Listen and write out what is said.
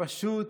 ופשוט